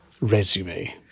resume